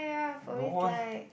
no eh